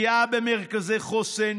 פגיעה במרכזי חוסן,